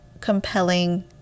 compelling